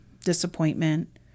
disappointment